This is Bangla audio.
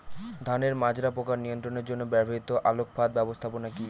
ধানের মাজরা পোকা নিয়ন্ত্রণের জন্য ব্যবহৃত আলোক ফাঁদ ব্যবস্থাপনা কি?